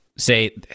say